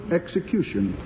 execution